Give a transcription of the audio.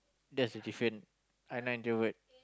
that's the different I not introvert